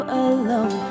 alone